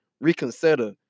reconsider